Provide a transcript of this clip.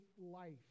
life